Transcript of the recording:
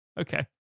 Okay